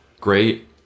great